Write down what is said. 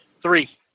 Three